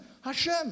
Hashem